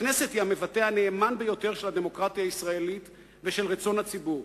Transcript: הכנסת היא המבטא הנאמן ביותר של הדמוקרטיה הישראלית ושל רצון הציבור,